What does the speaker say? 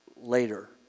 later